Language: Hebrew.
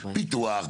פיתוח,